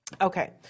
Okay